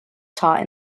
taught